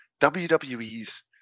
WWE's